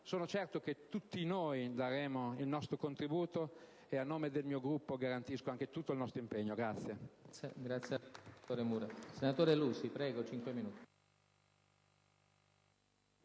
Sono certo che tutti noi daremo il nostro contributo e, a nome del mio Gruppo, garantisco tutto il nostro impegno.